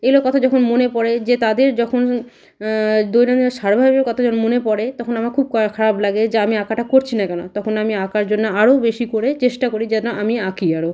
এগুলোর কথা যখন মনে পড়ে যে তাদের যখন দৈনন্দিন সারভাইভের কথা যখন মনে পড়ে তখন আমার খুব ক খুব খারাপ লাগে যে আমি আঁকাটা করছি না কেন তখন আমি আঁকার জন্যে আরো বেশি করে চেষ্টা করি যেন আমি আঁকি আরো